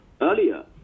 earlier